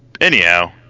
Anyhow